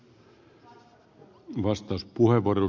arvoisa puhemies